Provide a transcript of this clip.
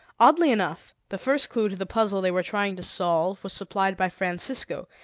oddly enough, the first clue to the puzzle they were trying to solve was supplied by francisco,